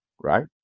right